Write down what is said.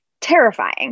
terrifying